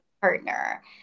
partner